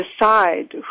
decide